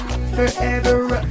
Forever